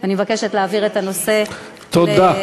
אני מבקשת להעביר את הנושא לוועדה.